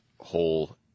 whole